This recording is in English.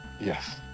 Yes